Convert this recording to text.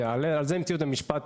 על זה המציאו את המשפט,